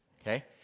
okay